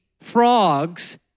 frogs